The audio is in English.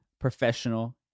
professional